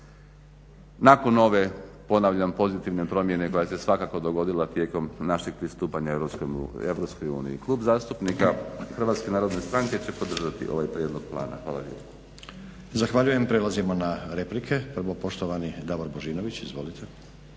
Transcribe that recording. nakon ove ponavljam pozitivne promjene koja se svakako dogodila tijekom našeg pristupanja EU. Klub zastupnika Hrvatske narodne stranke će podržati ovaj prijedlog plana. Hvala lijepo. **Stazić, Nenad (SDP)** Zahvaljujem. Prelazimo na replike. Prvo poštovani Davor Božinović, izvolite.